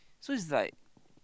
so it's like